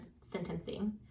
sentencing